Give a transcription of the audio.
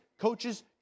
coaches